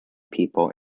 people